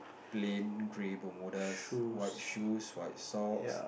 plain grey bermudas white shoes white socks